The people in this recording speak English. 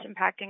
impacting